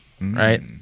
right